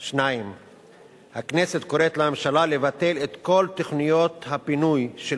2. הכנסת קוראת לממשלה לבטל את כל תוכניות הפינוי של